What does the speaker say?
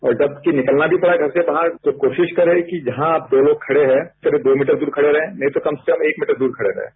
औरजब निकलना भी पड़े घर से बाहर तो कोशिश करें कि जहां दो लोग खड़े हैं करीब दो मीटर दूर खड़े रहें नहीं तो कम से कम एक मीटरदूर खड़े रहें